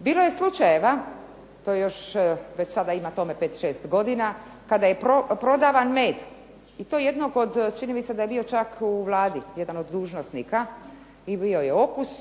Bilo je slučajeva, to još, već sada ima tome pet, šest godina kada je prodavan med i to jednog od, čini mi se da je bio čak u Vladi jedan od dužnosnika i bio je okus,